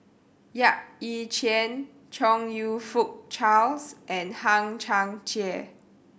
Yap Ee Chian Chong You Fook Charles and Hang Chang Chieh